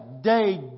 day